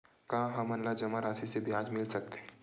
का हमन ला जमा राशि से ब्याज मिल सकथे?